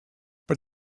but